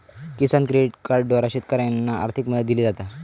किसान credit कार्डद्वारा शेतकऱ्यांनाका आर्थिक मदत दिली जाता